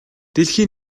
дэлхий